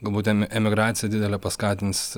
gabūt em emigracija didelė paskatins